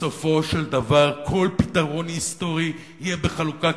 בסופו של דבר כל פתרון היסטורי יהיה בחלוקה,